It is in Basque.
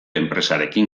enpresarekin